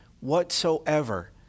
whatsoever